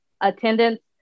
attendance